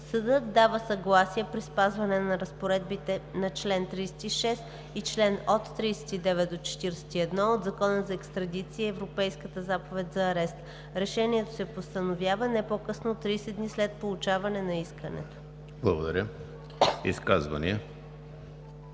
Съдът дава съгласие при спазване на разпоредбите на чл. 36 и чл. 39 – 41 от Закона за екстрадицията и Европейската заповед за арест. Решението се постановява не по-късно от 30 дни след получаване на искането.“ ПРЕДСЕДАТЕЛ